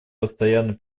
постоянный